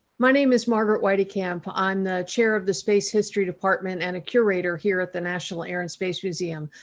my name is margaret weitekamp i'm the chair of the space history department and a curator here at the national air and space museum.